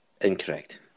Incorrect